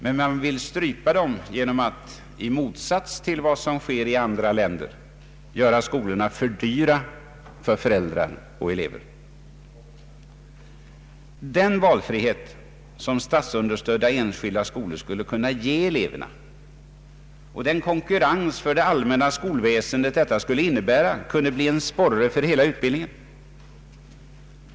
Man vill strypa denna verksamhet genom att — i motsats till vad som sker i andra länder — göra skolorna för dyra för föräldrar och elever. Den valfrihet, som statsunderstödda enskilda skolor skulle kunna ge eleverna, och den konkurrens inom det allmänna skolväsendet, som friheten skulle innebära, kunde bli en sporre för hela utbildningen.